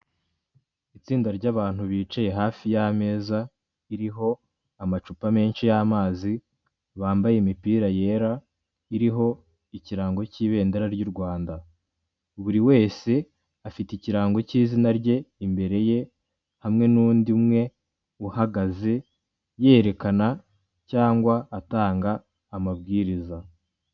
Itsinda ry'abantu bicaye hafi y'ameza iriho amacupa menshi yamazi, bambaye imipira yera iriho ikirango cy'ibendera ry'u Rwanda. Buri wese afite ikirango cy'izina rye imbere ye hamwe n'undi umwe uhagaze yerekana cyangwa atanga amabwiriza.